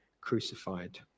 crucified